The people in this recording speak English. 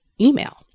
email